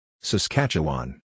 Saskatchewan